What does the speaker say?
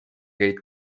gate